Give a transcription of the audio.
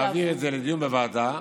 להעביר את זה לדיון בוועדה,